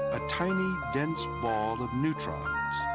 a tiny dense ball of neutrons.